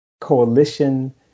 coalition